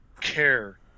Care